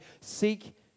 Seek